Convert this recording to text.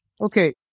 okay